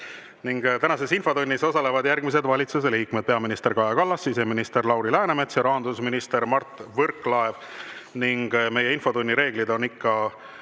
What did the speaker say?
Tänases infotunnis osalevad järgmised valitsuse liikmed: peaminister Kaja Kallas, siseminister Lauri Läänemets ja rahandusminister Mart Võrklaev. Meie infotunni reeglid on ikka